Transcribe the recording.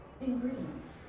Ingredients